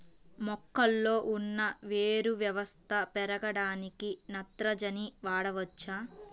మొక్కలో ఉన్న వేరు వ్యవస్థ పెరగడానికి నత్రజని వాడవచ్చా?